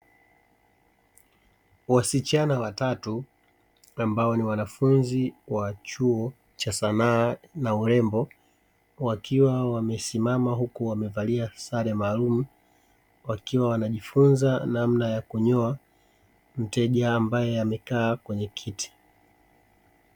Wasichana watatu ambao ni wanafunzi wa chuo cha sanaa na urembo wakiwa wamesimama huku wamevalia sare maalumu wakiwa wanajifunza namna ya kunyoa mteja ambaye amekaa kwenye kiti.